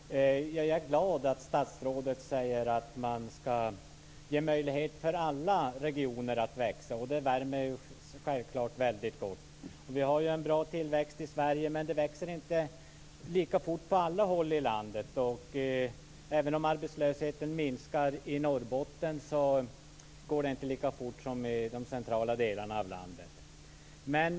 Herr talman! Jag är glad att statsrådet säger att man ska ge möjligheter för alla regioner att växa. Det värmer ju självklart väldigt gott. Vi har en bra tillväxt i Sverige, men det växer inte lika fort på alla håll i landet. Även om arbetslösheten minskar i Norrbotten går det inte lika fort som i de centrala delarna av landet.